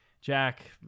Jack